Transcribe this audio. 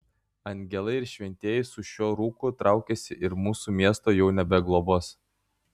angelai ir šventieji su šiuo rūku traukiasi ir mūsų miesto jau nebeglobos